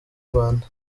rwanda